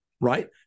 Right